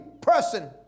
person